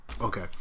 Okay